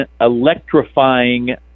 electrifying